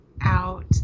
out